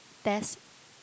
test